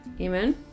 Amen